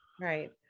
Right